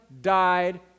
died